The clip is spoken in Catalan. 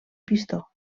pistó